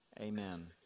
Amen